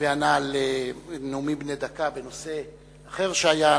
וענה על נאומים בני דקה בנושא אחר שהיה,